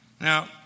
Now